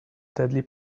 deadly